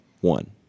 one